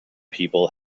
people